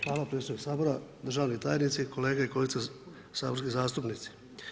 Hvala predsjedniče Sabora, državnici tajnici, kolege i kolegice saborski zastupnici.